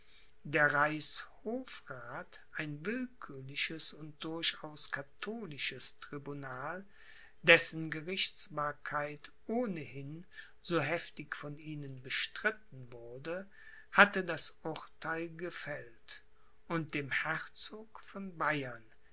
der reichshofrath ein willkürliches und durchaus katholisches tribunal dessen gerichtsbarkeit ohnehin so heftig von ihnen bestritten wurde hatte das urtheil gefällt und dem herzog von bayern